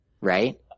Right